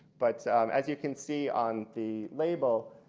but um as you can see on the label,